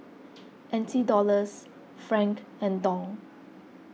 N T Dollars Franc and Dong